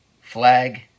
flag